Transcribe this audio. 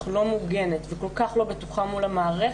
לא מוגנת וכל-כך לא מוגנת ולא בטוחה מול המערכת,